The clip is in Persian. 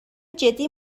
جدی